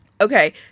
okay